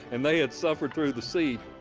and they had suffered through the siege.